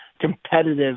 competitive